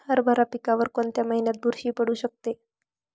हरभरा पिकावर कोणत्या महिन्यात बुरशी पडू शकते?